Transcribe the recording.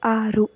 ಆರು